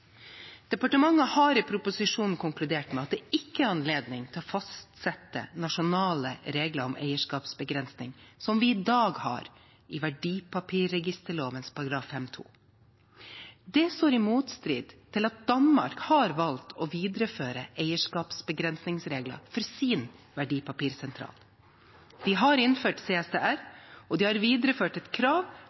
Departementet har i proposisjonen konkludert med at det ikke er anledning til å fastsette nasjonale regler om eierskapsbegrensninger, som vi i dag har i verdipapirregisterloven § 5-2. Det står i motstrid til at Danmark har valgt å videreføre eierskapsbegrensningsregler for sin verdipapirsentral. De har innført CSDR, og de har videreført et krav